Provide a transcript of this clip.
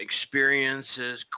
experiences